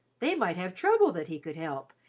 they might have trouble that he could help,